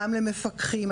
גם למפקחים,